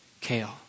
Kale